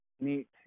neat